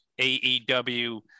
AEW